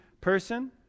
person